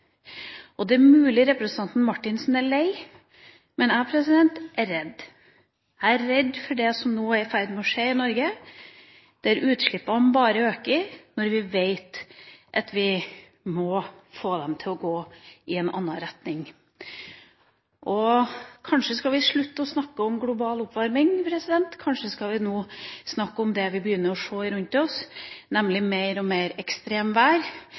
Det er mulig at representanten Marthinsen er lei, men jeg er redd. Jeg er redd for det som nå er i ferd med å skje i Norge, der utslippene bare øker når vi vet at vi må få dem til å gå i en annen retning. Kanskje skal vi slutte å snakke om global oppvarming? Kanskje skal vi nå snakke om det vi begynner å se rundt oss, nemlig mer og mer